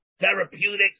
therapeutic